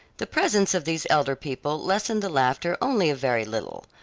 the presence of these elder people lessened the laughter only a very little,